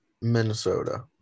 Minnesota